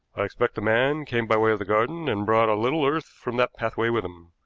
i expect the man came by way of the garden and brought a little earth from that pathway with him.